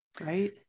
right